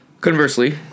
conversely